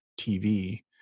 TV